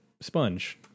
Sponge